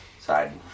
side